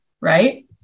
right